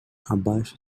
abaixo